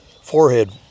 forehead